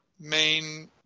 main